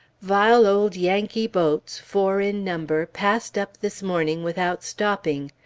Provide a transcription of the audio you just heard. vile old yankee boats, four in number, passed up this morning without stopping.